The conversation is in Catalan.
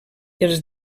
els